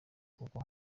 kuko